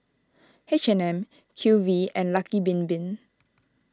H and M Q V and Lucky Bin Bin